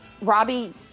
Robbie